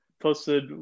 posted